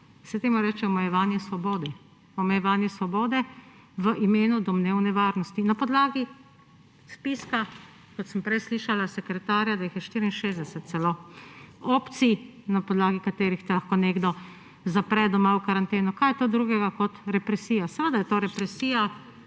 svobode. Omejevanje svobode v imenu domnevne varnosti na podlagi spiska, kot sem prej slišala sekretarja, da je 64 celo opcij, na podlagi katerih te lahko nekdo zapre doma v karanteno. Kaj je to drugega kot represija? Seveda je to represija,